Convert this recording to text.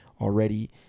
already